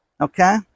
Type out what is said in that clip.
Okay